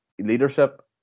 leadership